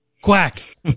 quack